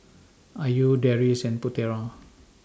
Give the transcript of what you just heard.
Ayu Deris and Putera